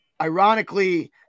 ironically